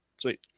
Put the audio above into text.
Sweet